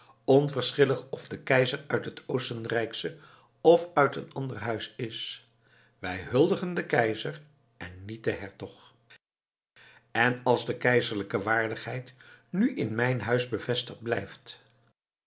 onverschillig of de keizer uit het oostenrijksche of uit een ander huis is wij huldigen den keizer en niet den hertog en als de keizerlijke waardigheid nu in mijn huis bevestigd blijft